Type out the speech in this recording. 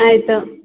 ಆಯಿತು